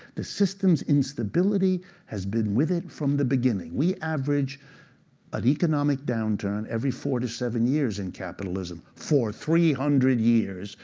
the system's instability has been with it from the beginning. we average an economic downturn every four to seven years in capitalism. for three hundred years,